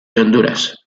honduras